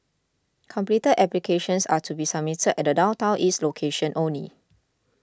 completed applications are to be submitted at the Downtown East location only